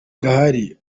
ghali